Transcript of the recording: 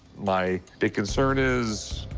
my big concern is,